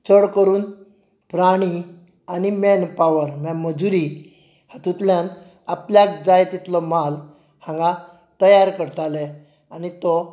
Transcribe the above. चड करून प्राणी आनी मेन पावर म्हळ्यार मजुरी हातूंतल्यान आपल्याक जाय तितलो माल हांगा तयार करताले आनी तो